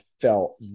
felt